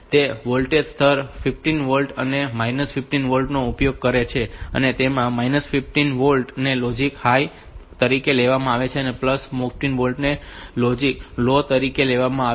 તે વોલ્ટેજ સ્તર 15 વોલ્ટ અને 15 વોલ્ટ નો ઉપયોગ કરે છે અને તેમાં 15 વોલ્ટ ને લોજિક હાઇ તરીકે લેવામાં આવે છે અને 15 વોલ્ટ લોજિક લો તરીકે લેવામાં આવે છે